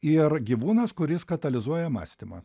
ir gyvūnas kuris katalizuoja mąstymą